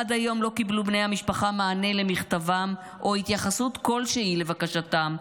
עד היום לא קיבלו בני המשפחה מענה על מכתבם או התייחסות כלשהי לבקשתם,